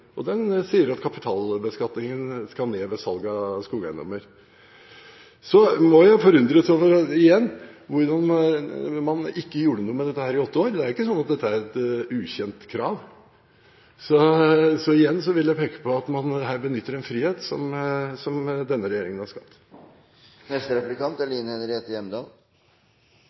og den sier at kapitalbeskatningen skal ned ved salg av skogeiendommer. Jeg er forundret over at man ikke gjorde noe med dette i løpet av åtte år. Det er ikke sånn at dette er et ukjent krav. Igjen vil jeg peke på at man her benytter en frihet som denne regjeringen har skapt. Jeg har lyst til å fortsette der representanten Gundersen nå slapp når det gjelder gevinstbeskatning på skogeiendommer. Nei, det er